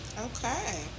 Okay